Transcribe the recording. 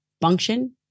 function